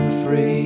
free